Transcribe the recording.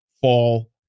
fall